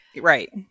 right